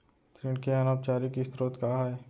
ऋण के अनौपचारिक स्रोत का आय?